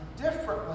differently